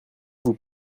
vous